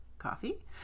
Coffee